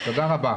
תודה רבה.